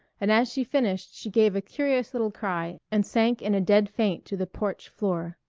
and as she finished she gave a curious little cry and sank in a dead faint to the porch floor.